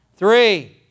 Three